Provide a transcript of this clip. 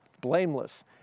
blameless